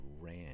ran